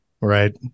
right